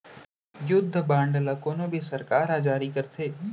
युद्ध बांड ल कोनो भी सरकार ह जारी करथे